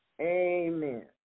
Amen